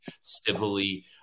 civilly